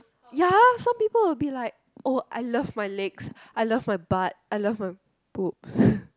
ya some people will be like oh I love my legs I love my butt I love my boobs